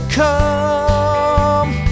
come